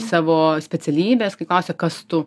savo specialybės kai klausia kas tu